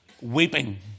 weeping